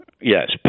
yes